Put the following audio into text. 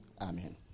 Amen